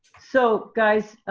so, guys,